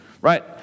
right